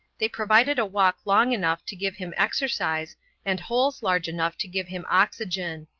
they provided a walk long enough to give him exercise and holes large enough to give him oxygen.